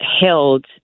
held